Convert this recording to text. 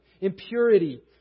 impurity